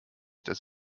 dass